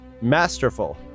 masterful